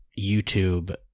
YouTube